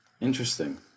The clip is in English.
Interesting